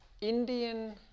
Indian